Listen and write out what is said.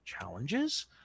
challenges